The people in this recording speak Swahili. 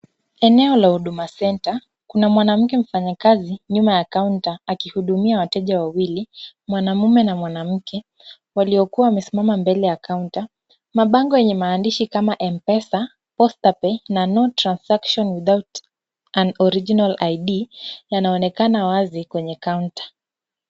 Eneo la Huduma Center kuna mwanamke mfanyakazi nyuma ya kaunta akihudumia wateja wawili, mwanamume na mwanamke, waliokuwa wamesimama mbele ya kaunta. Mabango yenye maandishi kama Mpesa, Posta pay na no transaction without an original ID yanaonekana wazi kwenye kaunta.